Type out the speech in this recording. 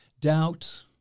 Doubt